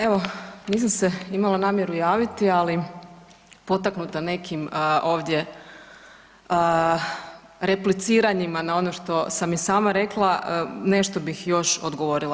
Evo nisam se imala namjeru javiti, ali potaknuta nekim ovdje repliciranjima na ono što sama i sama rekla nešto bih još odgovorila.